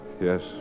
Yes